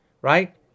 right